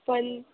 पण